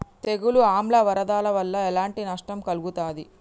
తెగులు ఆమ్ల వరదల వల్ల ఎలాంటి నష్టం కలుగుతది?